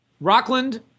Rockland